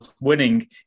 winning